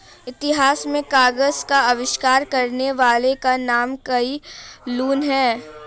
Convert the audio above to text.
इतिहास में कागज का आविष्कार करने वाले का नाम काई लुन है